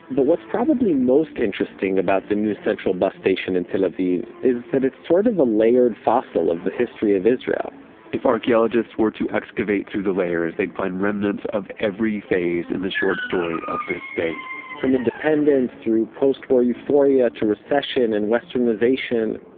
but what's probably most interesting about the new central bus station in tel aviv is that it's sort of a layered fossil of the history of israel if archeologists were to excavate through the layers, they'd find remnants of every phase in the short story of this date from independence, through postwar euphoria to recession and westernization,